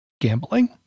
gambling